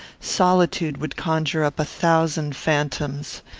solitude would conjure up a thousand phantoms.